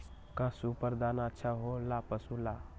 का सुपर दाना अच्छा हो ला पशु ला?